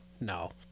No